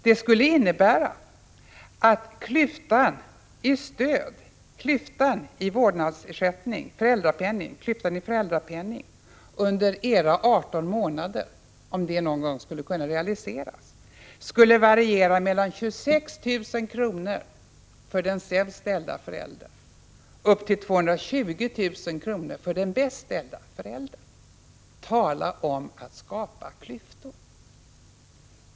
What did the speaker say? Det skulle innebära att klyftan mellan de människor som får föräldrapenning skulle vidgas. Stödet skulle variera mellan 26 000 kr. för den sämst ställda föräldern upp till 220 000 kr. för den bäst ställda föräldern för en 18-månadersperiod. Tala om att skapa klyftor!